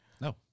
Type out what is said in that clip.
No